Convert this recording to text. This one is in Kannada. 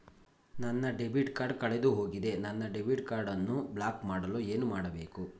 ನನ್ನ ಡೆಬಿಟ್ ಕಾರ್ಡ್ ಕಳೆದುಹೋಗಿದೆ ನನ್ನ ಡೆಬಿಟ್ ಕಾರ್ಡ್ ಅನ್ನು ಬ್ಲಾಕ್ ಮಾಡಲು ಏನು ಮಾಡಬೇಕು?